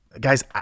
Guys